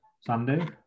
Sunday